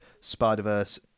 Spider-Verse